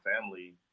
family